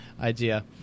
idea